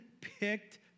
picked